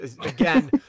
Again